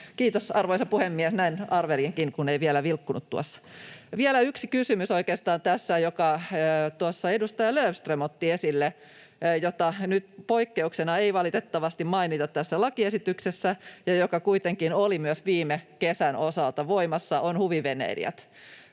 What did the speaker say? Kiitos, arvoisa puhemies! Näin arvelinkin, kun ei vielä vilkkunut tuossa. Vielä yksi kysymys, jonka oikeastaan tuossa edustaja Löfström otti esille, jota nyt poikkeuksena ei valitettavasti mainita tässä lakiesityksessä ja joka kuitenkin oli myös viime kesän osalta voimassa, on huviveneilijät.